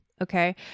Okay